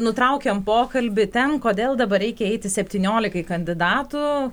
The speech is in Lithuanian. nutraukėm pokalbį ten kodėl dabar reikia eiti septyniolikai kandidatų